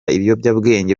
ibiyobyabwenge